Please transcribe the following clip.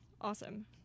Awesome